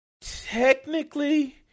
technically